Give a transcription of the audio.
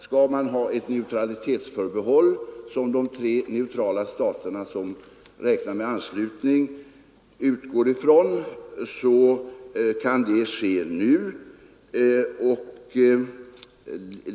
Skall man ha ett neutralitetsförbehåll, vilket de tre neutrala stater som räknar med anslutning utgår ifrån, kan det ske nu.